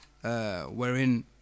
wherein